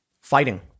fighting